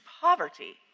poverty